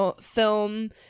film